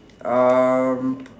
um